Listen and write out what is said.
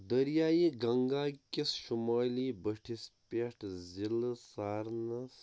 دٔریاے گنگا کِس شُمٲلی بٔٹھِس پٮ۪ٹھ ضلعہٕ سارنَس